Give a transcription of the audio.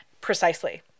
Precisely